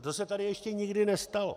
To se tady ještě nikdy nestalo.